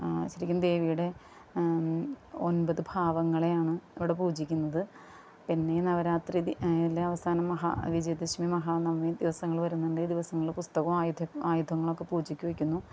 ശെരിക്കും ദേവിയുടെ ഒമ്പത് ഭാവങ്ങളെയാണ് അവിടെ പൂജിക്കുന്നത് പിന്നെ നവരാത്രി ദി എല്ലാ അവസാനം മഹാ വിജയദശമി മഹാനവമി ദിവസങ്ങള് വരുന്നുണ്ട് ദിവസങ്ങള് പുസ്തകവും ആയുധം ആയുധങ്ങളൊക്കെ പൂജയ്ക്ക് വെക്കുന്നു